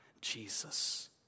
Jesus